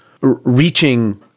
reaching